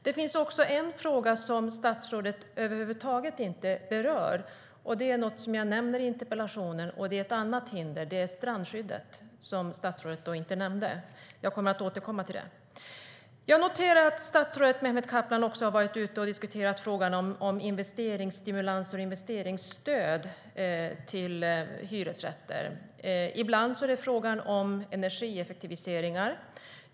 Det finns också en fråga som statsrådet över huvud taget inte berör, och det är ett hinder som jag nämner i interpellationen - strandskyddet. Statsrådet nämner inte detta; jag kommer att återkomma till det. Jag noterar att statsrådet Mehmet Kaplan också har varit ute och diskuterat frågan om investeringsstimulanser och investeringsstöd till hyresrätter. Ibland är det fråga om energieffektiviseringar.